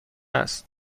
است